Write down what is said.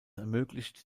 ermöglicht